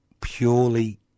purely